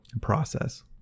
process